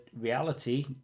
reality